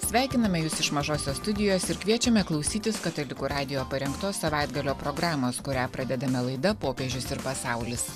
sveikiname jus iš mažosios studijos ir kviečiame klausytis katalikų radijo parengtos savaitgalio programos kurią pradedame laida popiežius ir pasaulis